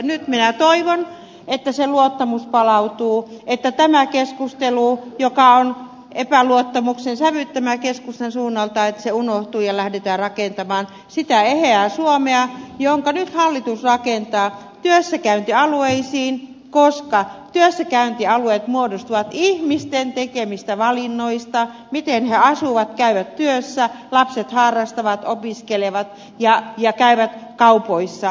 nyt minä toivon että se luottamus palautuu että tämä keskustelu joka on epäluottamuksen sävyttämä keskustan suunnalta unohtuu ja lähdetään rakentamaan sitä eheää suomea jonka nyt hallitus rakentaa työssäkäyntialueisiin koska työssäkäyntialueet muodostuvat ihmisten tekemistä valinnoista miten he asuvat käyvät työssä lapset harrastavat opiskelevat ja käyvät kaupoissa